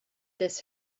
this